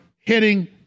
hitting